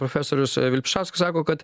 profesorius vilpišauskas sako kad